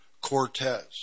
Cortez